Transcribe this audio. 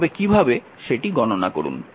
তবে কীভাবে সেটি গণনা করুন